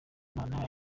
imana